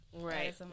Right